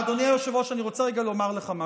אדוני היושב-ראש, אני רוצה רגע לומר לך משהו.